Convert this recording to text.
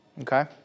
okay